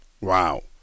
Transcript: Wow